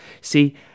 See